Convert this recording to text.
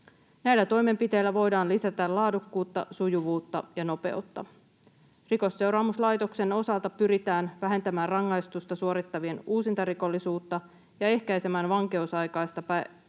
Näillä toimenpiteillä voidaan lisätä laadukkuutta, sujuvuutta ja nopeutta. Rikosseuraamuslaitoksen osalta pyritään vähentämään rangaistusta suorittavien uusintarikollisuutta ja edistämään vankeusaikaista päihdekuntoutusta,